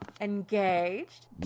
Engaged